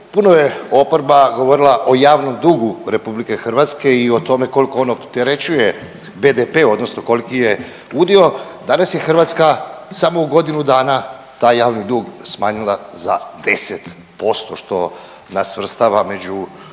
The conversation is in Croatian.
Puno je oporba govorila o javnom dugu RH i o tome koliko on opterećuje BDP, odnosno koliki je udio. Danas je Hrvatska samo u godinu dana taj javni dug smanjila za 10%, što nas svrstava među